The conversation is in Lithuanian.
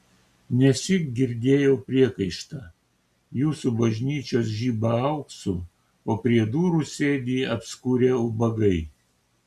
nesyk girdėjau priekaištą jūsų bažnyčios žiba auksu o prie durų sėdi apskurę ubagai